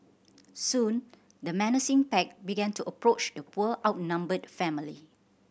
soon the menacing pack began to approach the poor outnumbered family